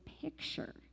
picture